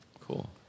Cool